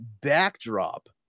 backdrop